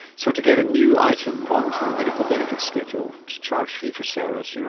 so to get a new item onto the medical benefits schedule, to charge fee for service, you know,